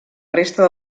resta